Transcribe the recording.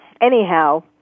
Anyhow